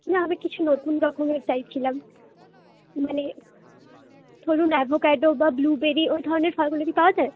না আমি কিছু নতুন রকমের চাইছিলাম মানে ধরুন অ্যাভোক্যাডো বা ব্লুবেরি ওই ধরনের ফলগুলো কি পাওয়া যায়